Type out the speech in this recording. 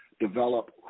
develop